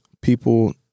people